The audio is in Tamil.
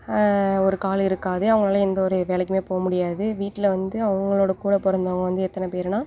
ஒரு கால் இருக்காது அவங்களால எந்த ஒரு வேலைக்குமே போக முடியாது வீட்டில் வந்து அவங்களோட கூட பிறத்தவங்க வந்து எத்தனை பேருன்னால்